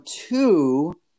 two